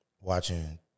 watching